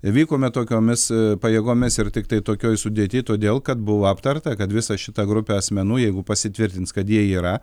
vykome tokiomis pajėgomis ir tiktai tokioj sudėty todėl kad buvo aptarta kad visa šita grupė asmenų jeigu pasitvirtins kad jie yra